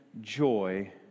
joy